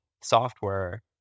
software